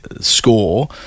score